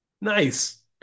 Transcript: Nice